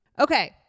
Okay